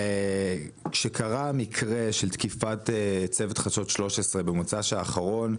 כאשר קרה המקרה של תקיפת צוות חדשות 13 במוצ"ש האחרון,